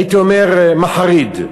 הייתי אומר, מחריד.